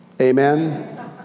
Amen